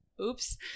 Oops